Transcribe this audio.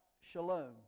shalom